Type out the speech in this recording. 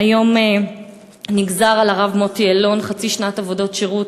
היום נגזרה על הרב מוטי אלון חצי שנה בעבודות שירות.